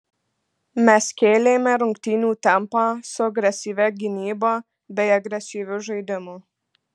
mes kėlėme rungtynių tempą su agresyvia gynyba bei agresyviu žaidimu